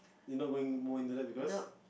you not going more in to that because